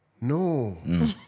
No